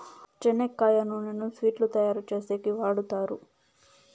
చెనక్కాయ నూనెను స్వీట్లు తయారు చేసేకి వాడుతారు